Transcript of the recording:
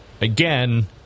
Again